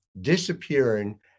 disappearing